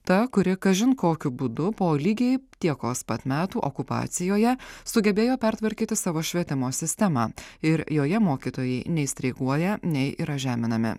ta kuri kažin kokiu būdu po lygiai tiekos pat metų okupacijoje sugebėjo pertvarkyti savo švietimo sistemą ir joje mokytojai nei streikuoja nei yra žeminami